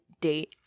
date